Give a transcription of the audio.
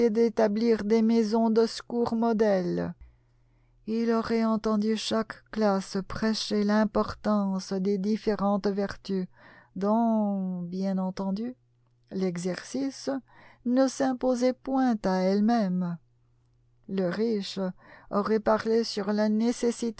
d'établir des maisons de secours modèles il aurait entendu chaque classe prêcher l'importance des différentes vertus dont bien entendu l'exercice ne s'imposait point à elle-même le riche aurait parlé sur la nécessité